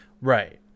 Right